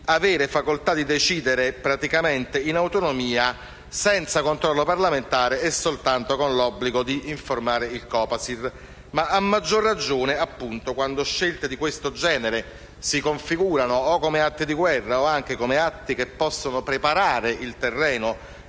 avere facoltà di decidere in autonomia, senza il controllo parlamentare e soltanto con l'obbligo di informare il Copasir. A maggior ragione, quando scelte di questo genere si configurano come atti di guerra o che possono preparare il terreno